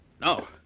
No